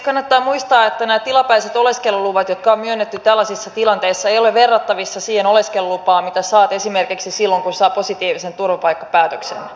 kannattaa muistaa että nämä tilapäiset oleskeluluvat jotka on myönnetty tällaisissa tilanteissa eivät ole verrattavissa siihen oleskelulupaan minkä saa esimerkiksi silloin kun saa positiivisen turvapaikkapäätöksen